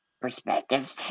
perspective